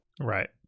right